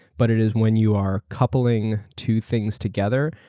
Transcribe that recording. but it is when you are coupling two things together,